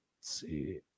see